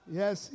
yes